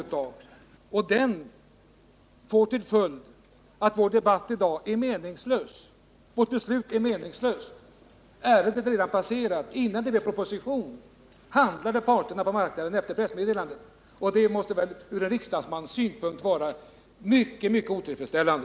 Och pressmeddelandet får till följd att vår debatt och vårt beslut i dag är meningslösa. Ärendet är redan passerat. Innan det blev proposition handlade parterna på arbetsmarknaden efter pressmeddelandet. Det måste väl från en riksdagsmans synpunkt vara mycket otillfredsställande!